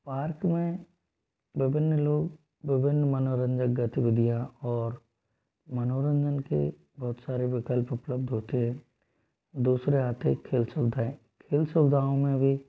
park में विभिन्न लोग विभिन्न मनोरंजक गतिविधियाँ और मनोरंजन के बहुत सारे विकल्प उपलब्ध होते है दूसरे आते है खेल सुवधाएँ खेल सुवधाओं में भी